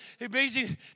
amazing